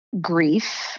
grief